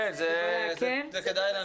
כן, זה כדאי לנו.